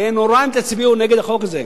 יהיה נורא אם תצביעו נגד החוק הזה.